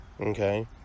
okay